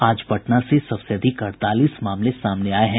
आज पटना से सबसे अधिक अड़तालीस मामले सामने आये हैं